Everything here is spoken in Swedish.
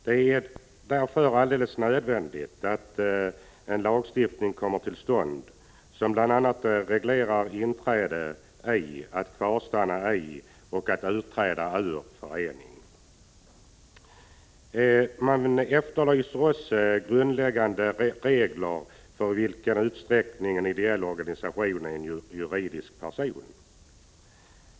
Det är därför också alldeles nödvändigt att en lagstiftning kommer till stånd som bl.a. reglerar inträde i, kvarstannande i och utträde ur en förening. Det efterlyses också grundläggande regler för i vilken utsträckning en ideell organisation är en juridisk person.